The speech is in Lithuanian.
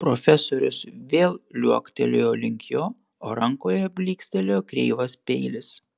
profesorius vėl liuoktelėjo link jo o rankoje blykstelėjo kreivas peilis